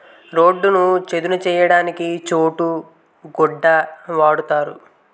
రోడ్డును చదును చేయడానికి చోటు గొడ్డ వాడుతారు